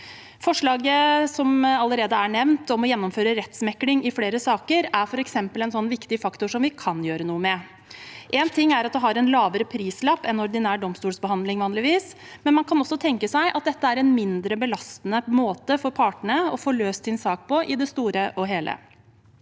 er nevnt, om å gjennomføre rettsmekling i flere saker, er f.eks. en viktig faktor vi kan gjøre noe med. Én ting er at det har en lavere prislapp enn ordinær domstolsbehandling vanligvis har, men man kan også tenke seg at dette er en mindre belastende måte for partene å få løst sin sak på i det store og hele.